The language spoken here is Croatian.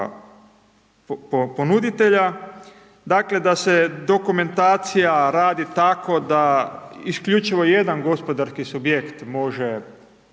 ponuditelja, dakle da se dokumentacija radi tako da isključivo jedan gospodarski subjekt može